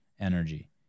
energy